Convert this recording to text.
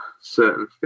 certain